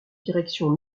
direction